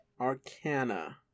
Arcana